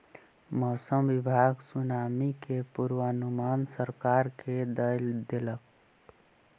मौसम विभाग सुनामी के पूर्वानुमान सरकार के दय देलक